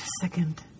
second